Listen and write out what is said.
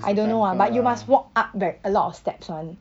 I don't know ah but you must walk up ver~ a lot of steps [one]